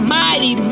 mighty